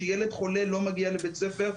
ילד חולה לא מגיע לבית הספר,